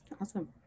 Awesome